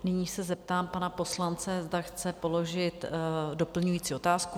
Nyní se zeptám pana poslance, zda chce položit doplňující otázku?